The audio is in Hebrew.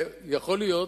יכול להיות,